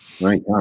right